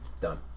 Done